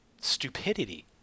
stupidity